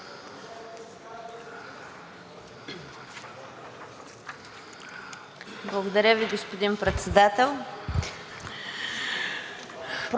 Благодаря Ви, господин Председател.